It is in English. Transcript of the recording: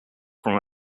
from